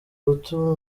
gutuma